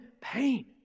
pain